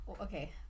Okay